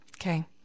Okay